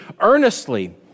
earnestly